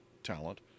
talent